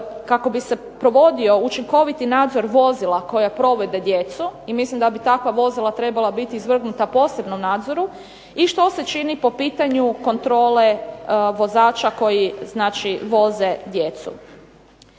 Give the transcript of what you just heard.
kako bi se provodio učinkoviti nadzor vozila koja prevoze djecu i mislim da bi takva vozila trebala biti izvrgnuta posebnom nadzoru. I što se čini po pitanju kontrole vozača koji, znači voze djecu.